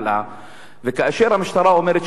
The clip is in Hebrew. וכאשר המשטרה אומרת שהיא חוקרת את הדברים,